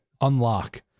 unlock